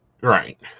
Right